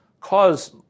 cause